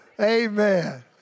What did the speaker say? Amen